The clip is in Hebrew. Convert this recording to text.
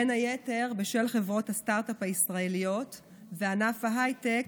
בין היתר בשל חברות הסטרטאפ הישראליות וענף ההייטק,